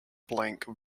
blank